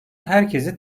herkese